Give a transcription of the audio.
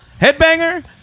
Headbanger